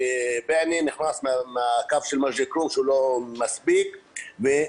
בועיינה נכנס מהקו של מג'ד אל כרום שהוא לא מספיק ועובר